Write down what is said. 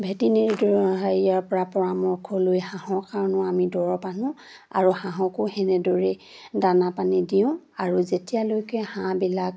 ভেটিৰিনেৰীটো হেৰিয়াৰ পৰামৰ্শ লৈ হাঁহৰ কাৰণেও আমি দৰৱ আনো আৰু হাঁহকো সেনেদৰেই দানা পানী দিওঁ আৰু যেতিয়ালৈকে হাঁহবিলাক